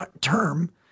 term